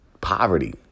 poverty